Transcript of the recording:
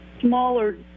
smaller